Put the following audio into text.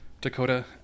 Dakota